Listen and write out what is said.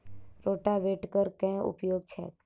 रोटावेटरक केँ उपयोग छैक?